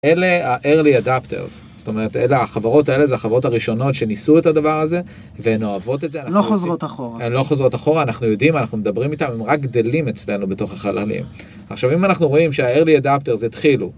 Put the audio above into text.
אלה הארלי אדאפטרס. זאת אומרת, אלה החברות האלה, זה החברות הראשונות שניסו את הדבר הזה והן אוהבות את זה, לא חוזרות אחורה, הן לא חוזרות אחורה. אנחנו יודעים. אנחנו מדברים איתם. הם רק גדלים אצלנו בתוך החללים. עכשיו, אם אנחנו רואים שהארלי אדאפטרס התחילו.